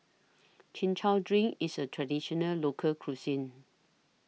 Chin Chow Drink IS A Traditional Local Cuisine